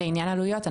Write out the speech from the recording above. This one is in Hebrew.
לעניין עלויות,